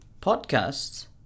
Podcasts